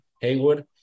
Haywood